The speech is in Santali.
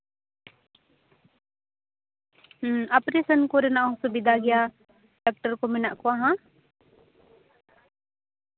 ᱚᱯᱟᱨᱮᱥᱚᱱ ᱠᱚᱨᱮᱱᱟᱜ ᱦᱚᱸ ᱥᱩᱵᱤᱫᱟ ᱜᱮᱭᱟ ᱰᱟᱠᱴᱚᱨ ᱠᱚ ᱢᱮᱱᱟᱜ ᱠᱚᱣᱟ ᱦᱮᱸ